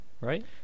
right